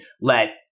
let